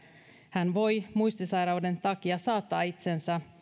hän voi muistisairauden takia saattaa itsensä